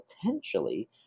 potentially